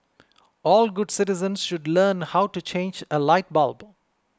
all good citizens should learn how to change a light bulb